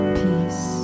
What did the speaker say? peace